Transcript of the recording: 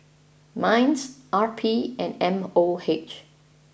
Minds R P and M O H